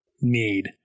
need